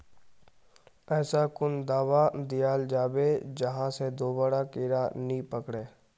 ऐसा कुन दाबा दियाल जाबे जहा से दोबारा कीड़ा नी पकड़े?